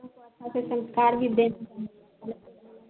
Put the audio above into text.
उसको अच्छा से संस्कार भी दे सकते हैं